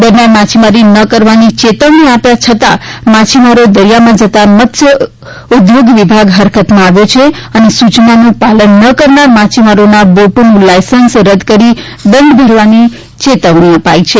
દરમિયાન માછીમારી ન કરવાની ચેતવણી આપ્યા છતાં માછીમારી દરિયામાં જતા મત્યસ્યોદ્યોગ વિભાગ હરકતમાં આવ્યો છે અને સૂચનાનું પાલન ન કરનાર માછીમારોના બોટોનું લાઇસન્સ રદ કરી દંડ કરવાની યેતવણી અપાઇ છે